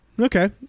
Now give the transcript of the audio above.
okay